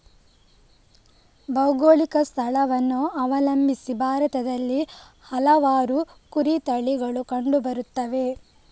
ಭೌಗೋಳಿಕ ಸ್ಥಳವನ್ನು ಅವಲಂಬಿಸಿ ಭಾರತದಲ್ಲಿ ಹಲವಾರು ಕುರಿ ತಳಿಗಳು ಕಂಡು ಬರುತ್ತವೆ